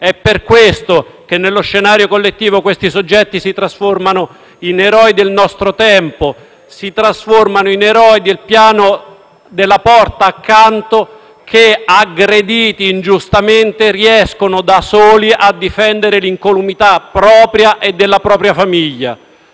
È per questo che nello scenario collettivo questi soggetti si trasformano in eroi del nostro tempo; si trasformano in eroe della porta accanto che, aggredito ingiustamente, riesce da solo a difendere l'incolumità propria e della propria famiglia.